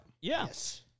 Yes